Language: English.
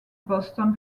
boston